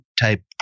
type